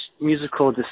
musical